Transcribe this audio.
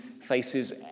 faces